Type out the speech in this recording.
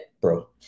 Bro